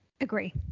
Agree